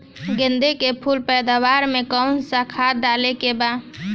गेदे के फूल पैदवार मे काउन् सा खाद डाले के बा?